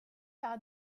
par